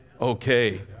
Okay